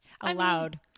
allowed